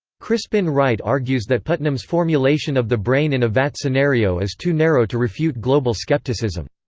crispin wright argues that putnam's formulation of the brain-in-a-vat scenario is too narrow to refute global skepticism.